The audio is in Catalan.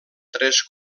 tres